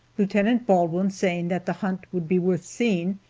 lieutenant baldwin saying that the hunt would be worth seeing,